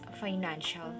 financial